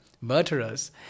murderers